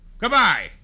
Goodbye